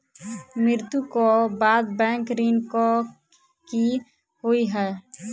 मृत्यु कऽ बाद बैंक ऋण कऽ की होइ है?